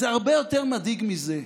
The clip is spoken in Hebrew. זה הרבה יותר מדאיג מזה,